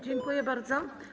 Dziękuję bardzo.